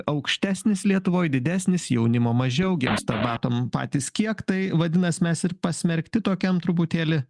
aukštesnis lietuvoj didesnis jaunimo mažiau gimsta matom patys kiek tai vadinasi mes ir pasmerkti tokiam truputėlį